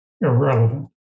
irrelevant